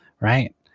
right